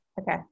Okay